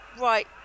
Right